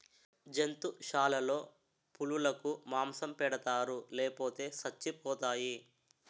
జంతుశాలలో పులులకు మాంసం పెడతారు లేపోతే సచ్చిపోతాయి